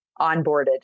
onboarded